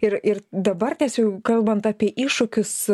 ir ir dabar tiesiog kalbant apie iššūkius